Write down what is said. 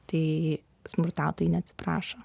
tai smurtautojai neatsiprašo